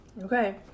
Okay